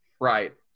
right